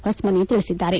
ಹೊಸಮನಿ ತಿಳಿಸಿದ್ದಾರೆ